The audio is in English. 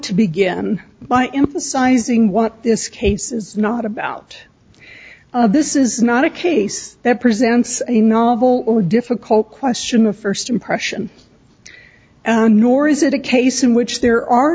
to begin by emphasizing what this case is not about this is not a case that presents a novel or difficult question of first impression and nor is it a case in which there are